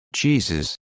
Jesus